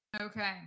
Okay